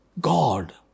God